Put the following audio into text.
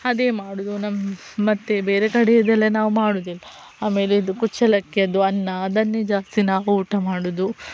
ಅದೇ ಮಾಡುವುದು ನಮ್ಮ ಮತ್ತು ಬೇರೆ ಕಡೆಯದೆಲ್ಲ ನಾವು ಮಾಡುವುದಿಲ್ಲ ಆಮೇಲೆ ಇದು ಕುಚ್ಚಲಕ್ಕಿ ಅದು ಅನ್ನ ಅದನ್ನೇ ಜಾಸ್ತಿ ನಾವು ಊಟ ಮಾಡುವುದು